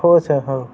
हो सर हो